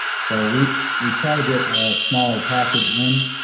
so we we try to get a smaller package in,